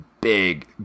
big